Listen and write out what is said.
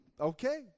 okay